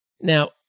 Now